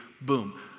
Boom